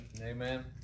Amen